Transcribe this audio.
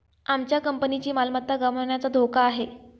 आमच्या कंपनीची मालमत्ता गमावण्याचा धोका आहे